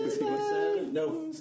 No